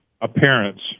appearance